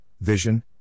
vision